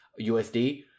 USD